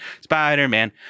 Spider-Man